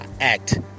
act